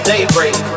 Daybreak